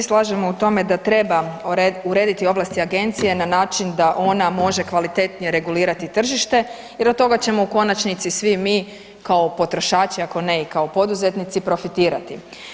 Naravno da se svi slažemo u tome da treba urediti ovlasti agencije na način da ona može kvalitetnije regulirati tržište jer od toga ćemo u konačnici svi mi kao potrošači ako ne i kao poduzetnici profitirati.